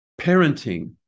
parenting